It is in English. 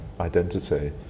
identity